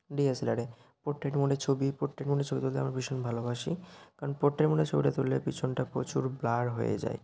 ডিএসএলআরে portrait মোডে ছবি portrait মোডে ছবি তুলতে আমার ভীষণ ভালোবাসি কারণ পোট্রেট মোডে ছবিটা তুললে পিছনটা প্রচুর ব্লার হয়ে যায়